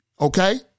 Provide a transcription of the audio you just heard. Okay